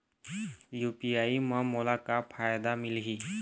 UPI म मोला का फायदा मिलही?